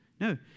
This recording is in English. No